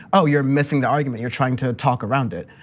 ah you're missing the argument, you're trying to talk around it.